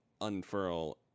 unfurl